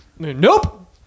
nope